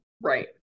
Right